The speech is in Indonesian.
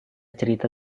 cerita